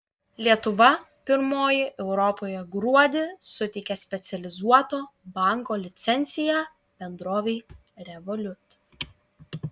lietuva pirmoji europoje gruodį suteikė specializuoto banko licenciją bendrovei revolut